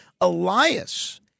Elias